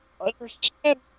Understand